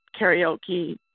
karaoke